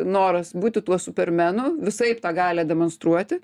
noras būti tuo supermenu visaip tą galią demonstruoti